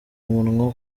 umunwa